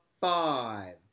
five